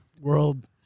World